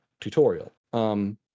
tutorial